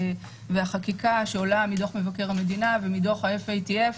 והחקיקה שעולה מדוח מבקר המדינה ומדוח ה-FATF.